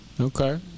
Okay